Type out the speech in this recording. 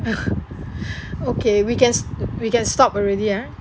okay we can s~ we can stop already ah